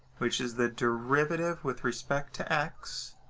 which is the derivative with respect to x,